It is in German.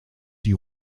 die